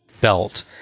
belt